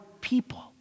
people